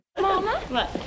Mama